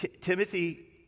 Timothy